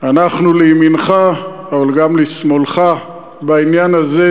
אנחנו לימינך, אבל גם לשמאלך בעניין הזה.